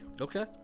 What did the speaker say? Okay